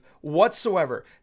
whatsoever